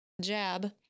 jab